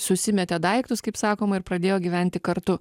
susimetė daiktus kaip sakoma ir pradėjo gyventi kartu